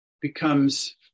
becomes